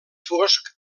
fosc